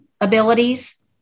abilities